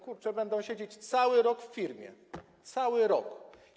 Kurczę, będą siedzieć cały rok w firmie, cały rok.